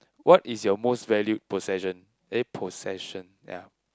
what is your most valued possession eh possession yea